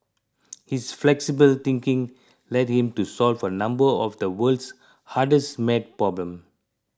his flexible thinking led him to solve a number of the world's hardest maths problem